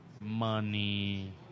Money